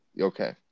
Okay